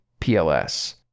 PLS